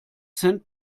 cent